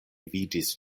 vidis